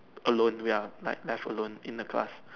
alone ya like left alone in the class